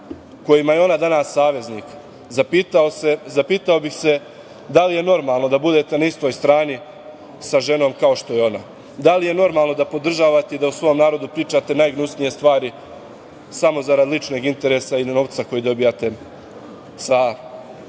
kojima je ona danas saveznik, zapitao bih se - da li je normalno da budete na istoj strani sa ženom kao što je ona? Da li je normalno da podržavate i da o svom narodu pričate najgnusnije stvari samo zarad ličnog interesa ili novca koji dobijate sa